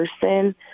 person